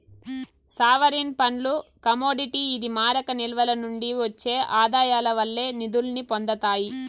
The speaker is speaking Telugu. సావరీన్ ఫండ్లు కమోడిటీ ఇది మారక నిల్వల నుండి ఒచ్చే ఆదాయాల వల్లే నిదుల్ని పొందతాయి